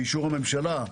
באישור הממשלה,